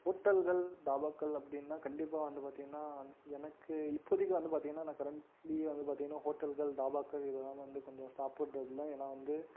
ஹோட்டல்கள் தாபாக்கள் அப்படின்னா கண்டிப்பாக வந்து பார்த்தீங்கன்னா எனக்கு இப்போதைக்கு வந்து பார்த்தீங்கன்னா நான் கரண்ட்லி வந்து பார்த்தீங்கன்னா ஹோட்டல்கள் தாபாக்கள் இதுலலாம் வந்து கொஞ்சம் சாப்புடுறதுல்ல ஏன்னா வந்து